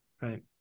right